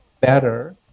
better